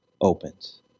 opens